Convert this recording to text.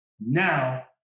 Now